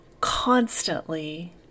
constantly